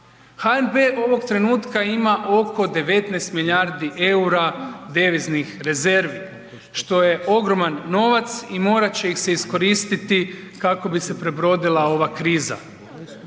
HNB ovog trenutka ima oko 19 milijardi eura deviznih rezervi što je ogroman novac i morat će ih se iskoristiti kako bi se prebrodila ova kriza.